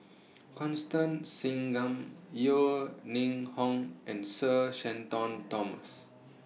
Constance Singam Yeo Ning Hong and Sir Shenton Thomas